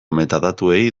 metadatuei